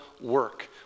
work